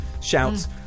shouts